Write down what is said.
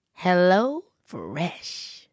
HelloFresh